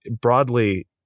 broadly